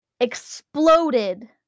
exploded